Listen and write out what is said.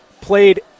played